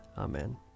Amen